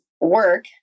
work